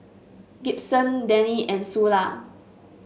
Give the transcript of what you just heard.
Gibson Dannie and Sula